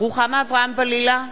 רוחמה אברהם-בלילא,